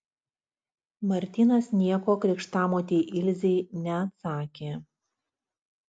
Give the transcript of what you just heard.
martynas nieko krikštamotei ilzei neatsakė